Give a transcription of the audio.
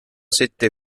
sette